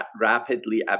rapidly